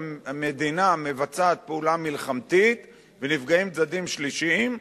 שהמדינה מבצעת פעולה מלחמתית ונפגעים צדדים שלישיים,